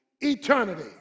eternity